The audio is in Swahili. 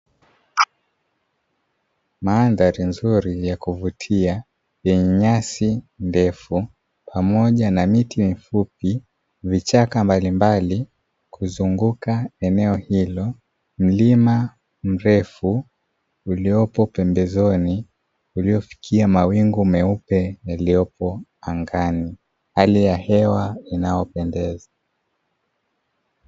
Mandhari nzuri ya kuvutia yenye nyasi ndefu, pamoja na miti mifupi, vichaka mbalimbali kuzunguka eneo hilo. Mlima mrefu ulipo pembezoni uliofikia mawingu meupe yaliyoko angani, hali ya hewa inayopendeza.